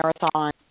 marathon